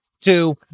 Two